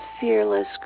fearless